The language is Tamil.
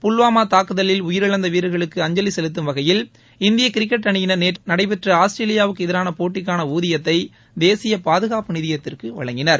புல்வாமா தாக்குதலில் உயிரிழந்த வீரர்களுக்கு அஞ்சவி செலுத்தும் வகையில் இந்திய கிரிக்கெட் அணியினர் நேற்று நடைபெற்ற ஆஸ்திரேலியாவுக்கு எதிரான போட்டிக்கான ஊதியத்தை தேசியப் பாதுகாப்பு நிதியத்திற்கு வழங்கினர்